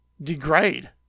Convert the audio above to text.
degrade